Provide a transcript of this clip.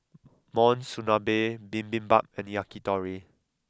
Monsunabe Bibimbap and Yakitori